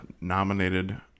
nominated